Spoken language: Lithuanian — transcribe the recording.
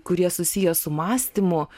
kurie susiję su mąstymu